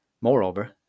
Moreover